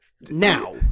Now